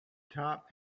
top